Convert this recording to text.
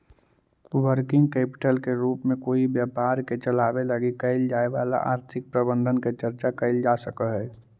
working capital के रूप में कोई व्यापार के चलावे लगी कैल जाए वाला आर्थिक प्रबंधन के चर्चा कैल जा सकऽ हई